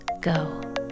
go